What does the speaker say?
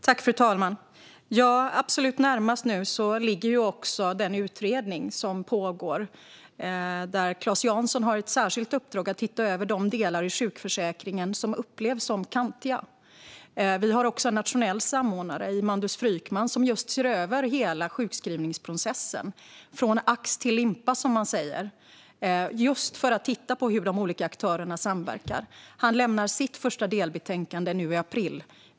Fru talman! Absolut närmast nu ligger den utredning som pågår, där Claes Jansson har ett särskilt uppdrag att se över de delar i sjukförsäkringen som upplevs som kantiga. Vi har också en nationell samordnare i Mandus Frykman som ser över hela sjukskrivningsprocessen från ax till limpa, som man säger, just för att titta på hur de olika aktörerna samverkar. Han lämnar sitt första delbetänkande nu i april.